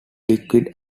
liquid